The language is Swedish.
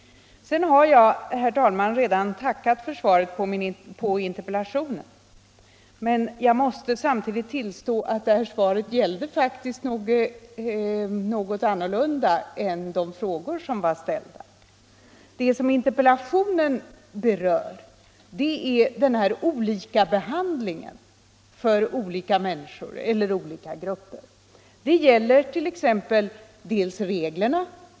Jag har, herr talman, redan tackat för svaret på interpellationen, men jag måste samtidigt påpeka att svaret faktiskt gällde något annat än de frågor som var ställda. Det som interpellationen berör är olikabehandlingen av skilda grupper. Det gäller t.ex. reglerna.